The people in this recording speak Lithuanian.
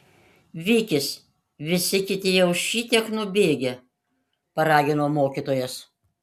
vykis visi kiti jau šitiek nubėgę paragino mokytojas